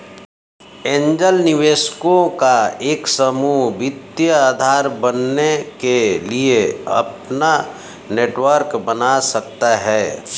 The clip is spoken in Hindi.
एंजेल निवेशकों का एक समूह वित्तीय आधार बनने के लिए अपना नेटवर्क बना सकता हैं